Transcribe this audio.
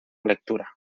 lectura